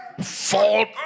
fault